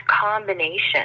combination